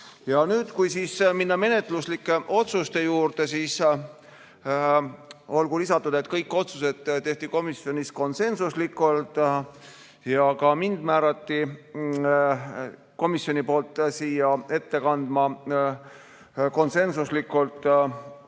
ka Iraagis. Kui minna menetluslike otsuste juurde, siis olgu lisatud, et kõik otsused tehti komisjonis konsensuslikult. Ka mind määras komisjon siia ette kandma konsensuslikult.